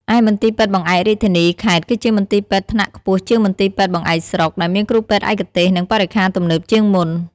ឯមន្ទីរពេទ្យបង្អែករាជធានី/ខេត្ត គឺជាមន្ទីរពេទ្យថ្នាក់ខ្ពស់ជាងមន្ទីរពេទ្យបង្អែកស្រុក ដែលមានគ្រូពេទ្យឯកទេស និងបរិក្ខារទំនើបជាងមុន។